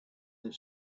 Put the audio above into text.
that